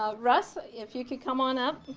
ah russ, if you could come on up.